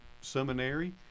seminary